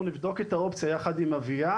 הוא אמר פה דברים ברורים: יפנו אליי.